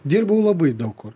dirbau labai daug kur